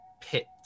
pit